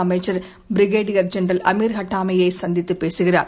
அமைச்சர் brigadier general Amir ஹட்டாமியை சந்தித்து பேசுகிறார்